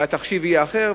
והתחשיב יהיה אחר,